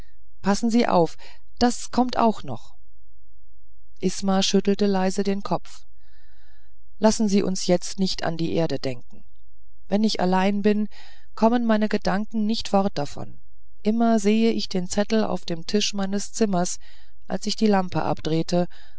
passen sie auf das kommt auch noch isma schüttelte leise den kopf lassen sie uns jetzt nicht an die erde denken wenn ich allein bin kommen meine gedanken nicht fort davon immer sehe ich den zettel auf dem tisch meines zimmers als ich die lampe abdrehte